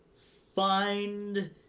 find